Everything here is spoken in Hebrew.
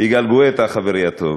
יגאל גואטה, חברי הטוב,